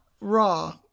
Raw